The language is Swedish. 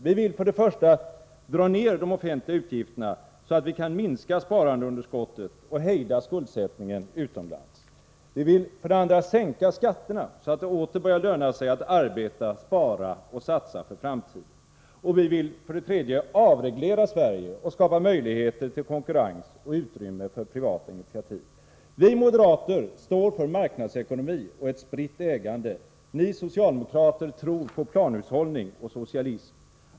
Vi vill för det första dra ner de offentliga utgifterna, så att vi kan minska sparandeunderskottet och hejda skuldsättningen utomlands. Vi vill för det andra sänka skatterna, så att det åter börjar löna sig att arbeta, spara och satsa för framtiden. Vi vill för det tredje avreglera Sverige och skapa möjligheter till konkurrens och utrymme för privata initiativ. Vi moderater står för marknadsekonomi och ett spritt ägande. Ni socialdemokrater tror på planhushållning och socialism.